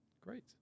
Great